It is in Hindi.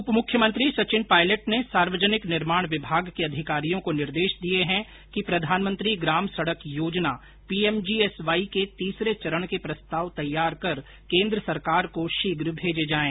उप मुख्यमंत्री सचिन पायलट ने सार्वजनिक निर्माण विभाग के अधिकारियों को निर्देश दिए है कि प्रधानमंत्री ग्राम सड़क योजना पीएमजीएसवाई के तीसरे चरण के प्रस्ताव तैयार कर केन्द्र सरकार को शीघ्र भेजे जाएं